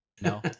No